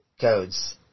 codes